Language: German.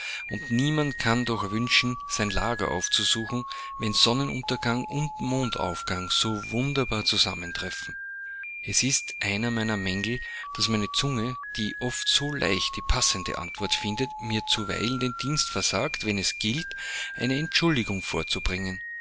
und niemand kann doch wünschen sein lager aufzusuchen wenn sonnenuntergang und mondaufgang so wundersam zusammentreffen es ist einer meiner mängel daß meine zunge die oft so leicht die passende antwort findet mir zuweilen den dienst versagt wenn es gilt eine entschuldigung vorzubringen